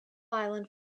island